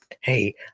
hey